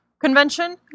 convention